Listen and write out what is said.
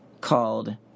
called